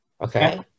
Okay